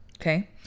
okay